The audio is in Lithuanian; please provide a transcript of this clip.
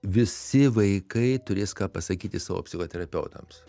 visi vaikai turės ką pasakyti savo psichoterapeutams